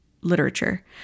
literature